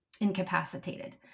incapacitated